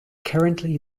currently